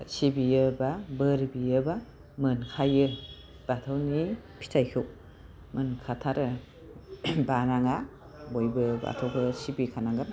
सिबियोबा बोर बियोबा मोनखायो बाथौनि फिथाइखौ मोनखाथारो बानाङा बयबो बाथौखौ सिबिखानांगोन